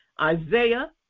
Isaiah